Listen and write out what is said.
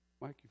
Mike